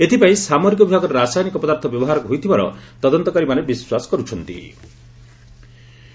ଏଥିପାଇଁ ସାମରିକ ବିଭାଗର ରାସାୟନିକ ପଦାର୍ଥ ବ୍ୟବହାର ହୋଇଥିବାର ତଦନ୍ତକାରୀମାନେ ବିଶ୍ୱାସ କର୍ରଚ୍ଚନ୍ତି